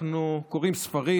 אנחנו קוראים ספרים,